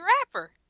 rapper